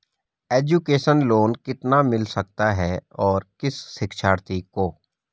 Education loan कितना मिल सकता है और किस शिक्षार्थी को?